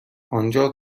آنجا